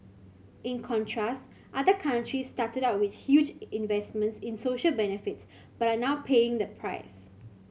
in contrast other countries started out with huge investments in social benefits but are now paying the price